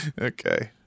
Okay